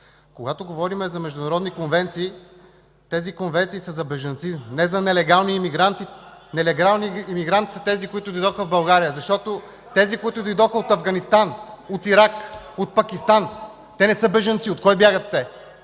Когато говорим за международни конвенции, тези конвенции са за бежанци, не за нелегални емигранти. Нелегални емигранти са тези, които дойдоха в България, защото тези, които дойдоха от Афганистан, от Ирак, от Пакистан, те не са бежанци. От кого бягат те?